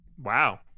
Wow